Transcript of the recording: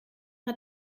hat